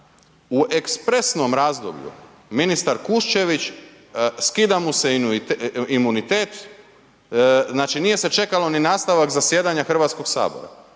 u ekspresnom razdoblju ministar Kuščević, skida mu se imunitet, znači nije se čekalo ni nastavak zasjedanja Hrvatskoga sabora